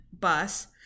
bus